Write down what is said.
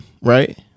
right